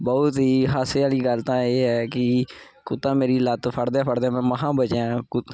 ਬਹੁਤ ਹੀ ਹਾਸੇ ਵਾਲੀ ਗੱਲ ਤਾਂ ਇਹ ਹੈ ਕਿ ਕੁੱਤਾ ਮੇਰੀ ਲੱਤ ਫੜਦਿਆਂ ਫੜਦਿਆਂ ਮੈਂ ਮਸਾਂ ਬਚਿਆ